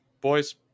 Boys